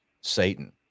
Satan